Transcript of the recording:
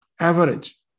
average